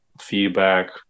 feedback